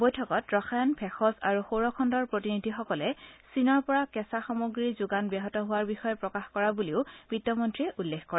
বৈঠকত ৰসায়ন ভেষজ আৰু সৌৰ খণ্ডৰ প্ৰতিনিধিসকলে চীনৰ পৰা কেচা সামগ্ৰীৰ যোগান ব্যাহত হোৱাৰ বিষয়ে প্ৰকাশ কৰা বুলিও বিত্তমন্ত্ৰীয়ে উল্লেখ কৰে